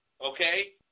okay